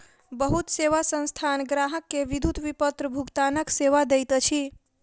बहुत सेवा संस्थान ग्राहक के विद्युत विपत्र भुगतानक सेवा दैत अछि